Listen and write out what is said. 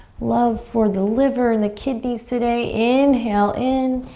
love for the liver and the kidneys today. inhale in.